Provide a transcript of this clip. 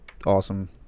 Awesome